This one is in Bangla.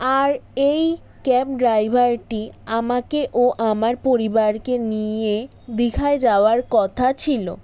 আর এই ক্যাব ড্রাইভারটি আমাকে ও আমার পরিবারকে নিয়ে দীঘায় যাওয়ার কথা ছিল